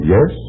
Yes